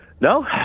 No